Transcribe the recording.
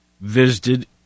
visited